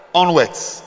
onwards